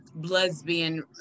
lesbian